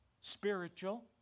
spiritual